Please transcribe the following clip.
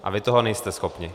A vy toho nejste schopni.